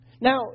now